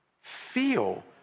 feel